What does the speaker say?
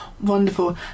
Wonderful